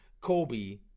Kobe